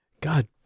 god